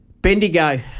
Bendigo